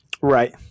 right